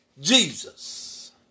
Jesus